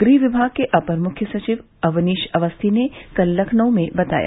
गृह विभाग के अपर मुख्य सचिव अवनीश अवस्थी ने कल लखनऊ में बताया